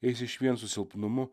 eis išvien su silpnumu